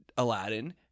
aladdin